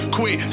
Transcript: Quit